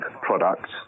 products